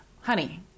honey